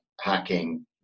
hacking